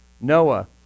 Noah